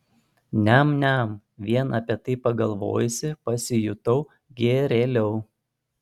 niam niam vien apie tai pagalvojusi pasijutau gerėliau